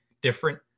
different